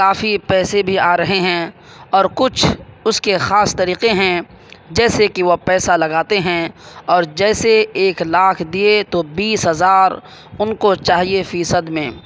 کافی پیسے بھی آ رہے ہیں اور کچھ اس کے خاص طریقے ہیں جیسے کہ وہ پیسہ لگاتے ہیں اور جیسے ایک لاکھ دیے تو بیس ہزار ان کو چاہیے فیصد میں